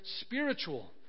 spiritual